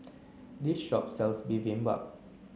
this shop sells Bibimbap